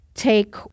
Take